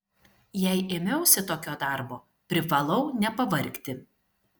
jei ėmiausi tokio darbo privalau nepavargti